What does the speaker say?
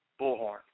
Bullhorn